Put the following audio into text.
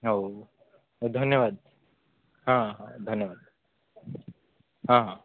ହଉ ଧନ୍ୟବାଦ ହଁ ହଁ ଧନ୍ୟବାଦ ହଁ ହଁ